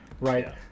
right